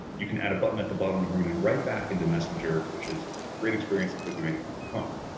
you can add a button at the bottom to bring them right back into messenger, which is a great experience that they're doing on the phone.